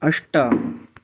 अष्ट